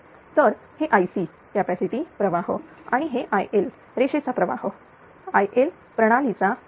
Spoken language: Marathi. तर हे IC कॅपॅसिटी प्रवाह आणि हे IL रेषेचा प्रवाह IL प्रणालीचा तोल